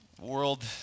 world